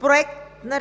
„Проект на